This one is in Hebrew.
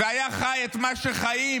והיה חי את מה שחיים